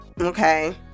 okay